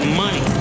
money